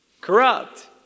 corrupt